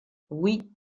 oui